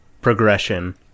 progression